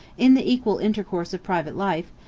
in the equal intercourse of private life,